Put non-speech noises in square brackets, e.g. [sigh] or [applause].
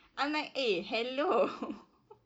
I'm like eh hello [laughs]